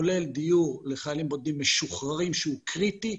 כולל דיור לחיילים בודדים משוחררים שהוא קריטי.